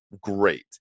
great